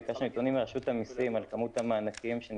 ביקשנו נתונים מרשות המיסים על כמות המענקים שניתנה.